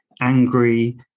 angry